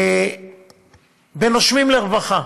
"נושמים לרווחה"